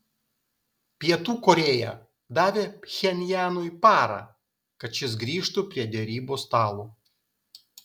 pietų korėja davė pchenjanui parą kad šis grįžtų prie derybų stalo